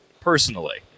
personally